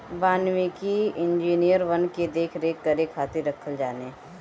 वानिकी इंजिनियर वन के देख रेख करे खातिर रखल जाने